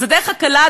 אז הדרך הקלה,